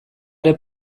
ere